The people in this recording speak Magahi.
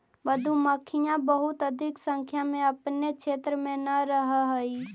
मधुमक्खियां बहुत अधिक संख्या में अपने क्षेत्र में न रहअ हई